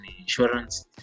insurance